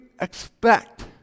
expect